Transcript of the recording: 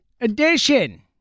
edition